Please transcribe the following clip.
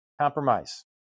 compromise